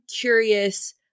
curious